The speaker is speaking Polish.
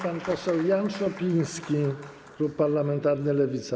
Pan poseł Jan Szopiński, Klub Parlamentarny Lewica.